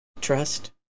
trust